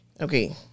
Okay